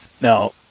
now